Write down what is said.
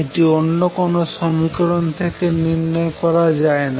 এটি অন্য কোনো সমীকরণ থেকে নির্ণয় করা যায় না